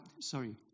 sorry